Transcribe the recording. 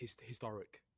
Historic